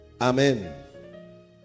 Amen